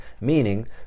meaning